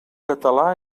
català